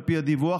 על פי הדיווח,